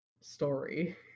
story